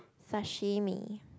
sashimi